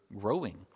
growing